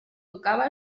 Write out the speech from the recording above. tocava